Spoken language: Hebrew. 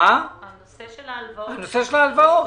הנושא של ההלוואות.